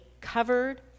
covered